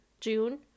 June